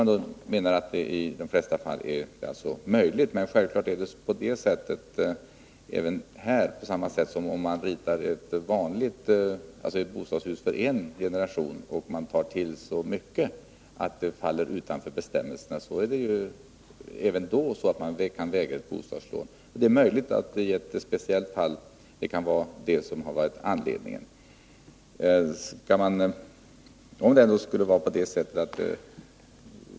Man menade att det i de flesta fall är möjligt. Men självklart är det här som när man ritar ett bostadshus med bostäder för en generation, att kostnaderna kan bli så höga att lån enligt bestämmelserna inte kan lämnas. Det är möjligt att det i något speciellt fall har varit anledningen till att lån inte har beviljats.